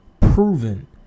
proven